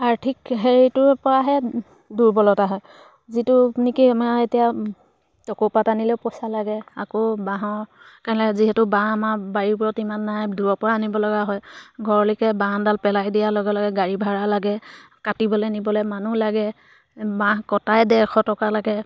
আৰ্থিক হেৰিটোৰ পৰাহে দুৰ্বলতা হয় যিটো নেকি আমাৰ এতিয়া টকৌপাত আনিলেও পইচা লাগে আকৌ বাঁহৰ কাৰণে যিহেতু বাঁহ আমাৰ বাৰীবোৰত ইমান নাই দূৰৰ পৰা আনিবলগা হয় ঘৰলৈকে বাঁহডাল পেলাই দিয়াৰ লগে লগে গাড়ী ভাড়া লাগে কাটিবলৈ নিবলৈ মানুহ লাগে বাঁহ কটাই ডেৰশ টকা লাগে